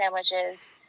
sandwiches